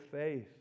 faith